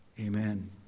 Amen